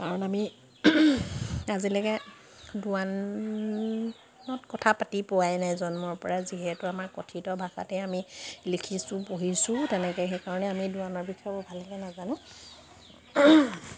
কাৰণ আমি আজিলৈকে দোৱানত কথা পাতি পোৱাই নাই জন্মৰ পৰা যিহেতু আমাৰ কথিত ভাষাতেই আমি লিখিছোঁ পঢ়িছোঁ তেনেকে সেইকাৰণে আমি দোৱানৰ বিষয়েও ভালকে নাজানো